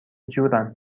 جورم